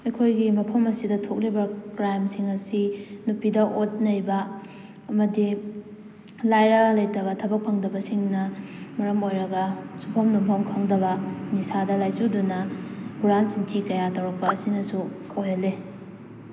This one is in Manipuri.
ꯑꯩꯈꯣꯏꯒꯤ ꯃꯐꯝ ꯑꯁꯤꯗ ꯊꯣꯛꯂꯤꯕ ꯀ꯭ꯔꯥꯏꯝꯁꯤꯡ ꯑꯁꯤ ꯅꯨꯄꯤꯗ ꯑꯣꯠ ꯅꯩꯕ ꯑꯃꯗꯤ ꯂꯥꯏꯔ ꯂꯩꯇꯕ ꯊꯕꯛ ꯐꯪꯗꯕꯁꯤꯡꯅ ꯃꯔꯝ ꯑꯣꯏꯔꯒ ꯁꯨꯐꯝ ꯅꯣꯡꯐꯝ ꯈꯪꯗꯕ ꯅꯤꯁꯥꯗ ꯂꯥꯏꯆꯨꯗꯨꯅ ꯍꯨꯔꯥꯜ ꯆꯤꯟꯊꯤ ꯀꯌꯥ ꯇꯧꯔꯛꯄ ꯑꯁꯤꯅꯁꯨ ꯑꯣꯏꯍꯜꯂꯤ